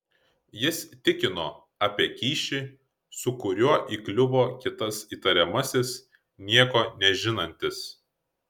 jis tikino apie kyšį su kuriuo įkliuvo kitas įtariamasis nieko nežinantis